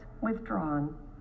withdrawn